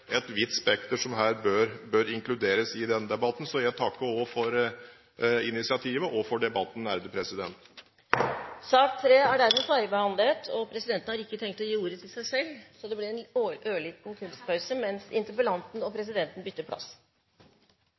et vidt spekter som her bør inkluderes i denne debatten. Jeg vil takke for initiativet og for debatten. Sak nr. 3 er dermed ferdigbehandlet. Presidenten har ikke tenkt å gi ordet til seg selv, så det blir en ørliten kunstpause mens interpellanten og presidenten bytter plass.